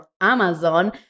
Amazon